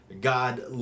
God